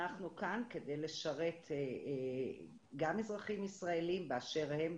אנחנו כאן כדי לשרת גם אזרחים ישראלים באשר הם,